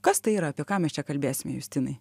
kas tai yra apie ką mes čia kalbėsime justinai